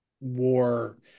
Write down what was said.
war